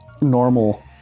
normal